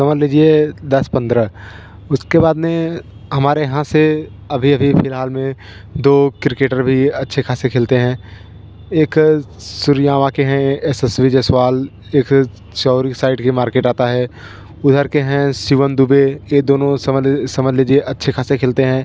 समझ लीजिए दस पंद्रह उसके बाद में हमारे यहाँ से अभी अभी फिलहाल में दो क्रिकेटर भी अच्छे ख़ासे खेलते हैं एक सूर्यावा के हैं यशस्वी जैसवाल एक चौरी साइड का मार्केट आता है उधर के हैं शिवम दुबे ये दोनों समंझ समझ लीजिए अच्छा ख़ासा खेलते हैं